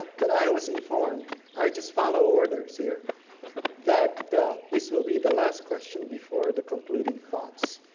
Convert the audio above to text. but i was informed i just follow orders here that this will be the last question before the concluding thoughts.